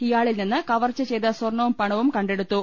ഇയാളിൽ നിന്ന് കവർച്ച ചെയ്ത സ്വർണവും പണവും കണ്ടെടുത്തു